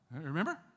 Remember